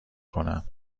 کنم